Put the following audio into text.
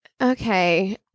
okay